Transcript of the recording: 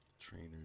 trainer